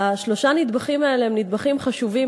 שלושת הנדבכים האלה הם נדבכים חשובים